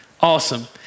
Awesome